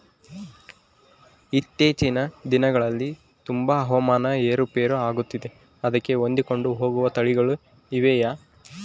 ಇತ್ತೇಚಿನ ದಿನಗಳಲ್ಲಿ ತುಂಬಾ ಹವಾಮಾನ ಏರು ಪೇರು ಆಗುತ್ತಿದೆ ಅದಕ್ಕೆ ಹೊಂದಿಕೊಂಡು ಹೋಗುವ ತಳಿಗಳು ಇವೆಯಾ?